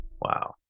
Wow